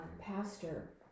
pastor